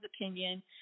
opinion